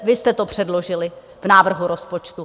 Vy jste to předložili v návrhu rozpočtu.